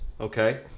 Okay